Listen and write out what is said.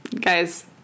guys